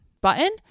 button